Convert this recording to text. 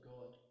God